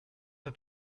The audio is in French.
peu